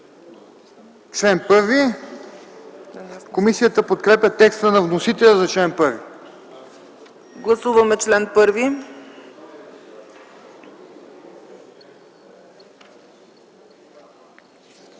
Комисията подкрепя текста на вносителя за чл. 18.